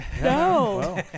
No